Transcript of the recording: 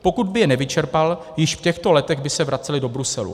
Pokud by je nevyčerpal, již v těchto letech by se vracely do Bruselu.